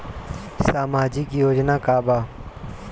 सामाजिक योजना का बा?